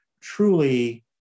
truly